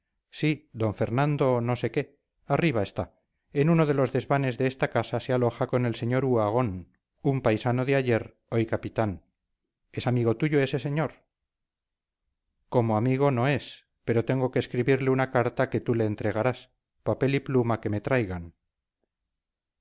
sí d fernando no sé qué arriba está en uno de los desvanes de esta casa se aloja con el sr uhagón un paisano de ayer hoy capitán es amigo tuyo ese señor como amigo no es pero tengo que escribirle una carta que tú le entregarás papel y pluma que me traigan